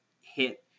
hit